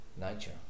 Nature